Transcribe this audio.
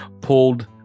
pulled